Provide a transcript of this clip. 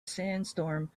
sandstorm